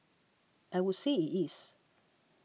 I would say it is